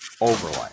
overlay